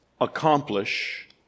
accomplish